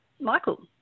Michael